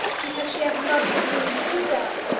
because she have loved her julie too well.